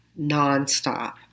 nonstop